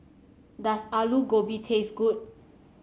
does Aloo Gobi taste good